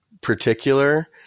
particular